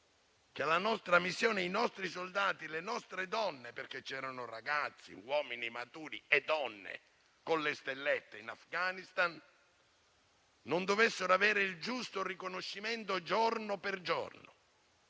- con sospetto; che i nostri soldati e le nostre donne (perché c'erano ragazzi, uomini maturi e donne con le stellette in Afghanistan) non dovessero avere il giusto riconoscimento giorno per giorno